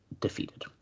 defeated